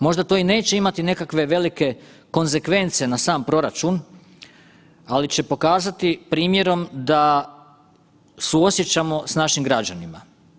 Možda to i neće imati nekakve velike konsekvence na sam proračun, ali će pokazati primjerom da suosjećamo sa našim građanima.